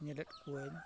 ᱧᱮᱞᱮᱫ ᱠᱩᱣᱟᱹᱧ